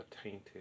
tainted